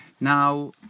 now